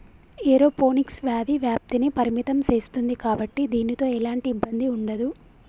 aeroponics వ్యాధి వ్యాప్తిని పరిమితం సేస్తుంది కాబట్టి దీనితో ఎలాంటి ఇబ్బంది ఉండదు